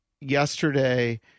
yesterday